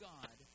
God